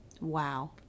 wow